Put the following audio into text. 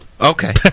Okay